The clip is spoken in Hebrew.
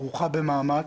כרוכה במאמץ.